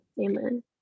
amen